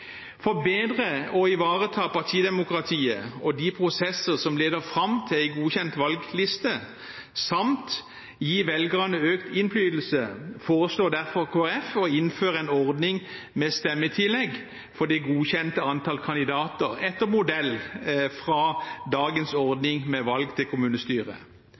For bedre å ivareta partidemokratiet og de prosessene som leder fram til en godkjent valgliste, samt gi velgerne økt innflytelse, foreslår derfor Kristelig Folkeparti å innføre en ordning med stemmetillegg for det godkjente antallet kandidater etter modell fra dagens ordning med valg til